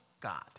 God